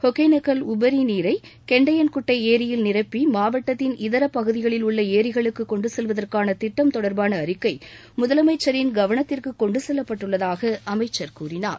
ஒகேனக்கல் உபரி நீரை கெண்டயன் குட்டை ஏரியில் நிரப்பி மாவட்டத்தின் இதர பகுதிகளில் உள்ள ஏரிகளுக்கு கொண்டு செல்வதற்கான திட்டம் தொடர்பான அறிக்கை முதலமைச்சரின் கவனத்திற்கு கொண்டு செல்லப்பட்டுள்ளதாக அமைச்சர் கூறினார்